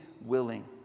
willing